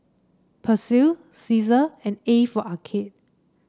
Persil Cesar and A for Arcade